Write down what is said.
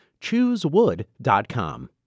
Choosewood.com